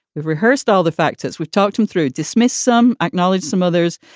we've rehearsed all the factors we've talked him through, dismiss some, acknowledge some others.